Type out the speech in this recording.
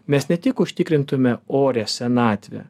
mes ne tik užtikrintume orią senatvę